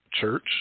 church